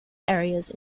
areas